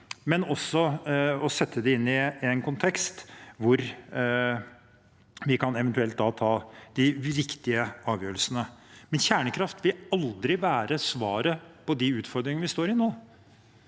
og også sette det inn i en kontekst hvor vi eventuelt da kan ta de riktige avgjørelsene. Men kjernekraft vil aldri være svaret på de utfordringene vi står i nå.